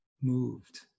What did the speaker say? moved